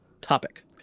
topic